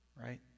Right